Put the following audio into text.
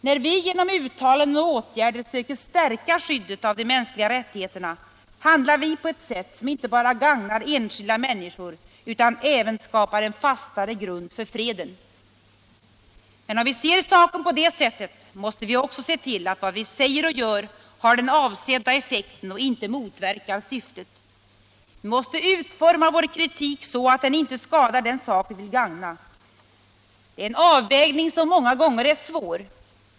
När vi genom uttalanden och åtgärder söker stärka skyddet av de mänskliga rättigheterna handlar vi på ett sätt som inte bara gagnar enskilda människor utan även skapar en fastare grund för freden. Men om vi ser saken på det sättet måste vi också se till, att vad vi säger och gör har den avsedda effekten och inte motverkar syftet. Vi måste utforma vår kritik så att den inte skadar den sak vi vill gagna. Det är en avvägning som många gånger är svår.